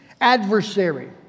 adversary